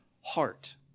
heart